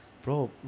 Bro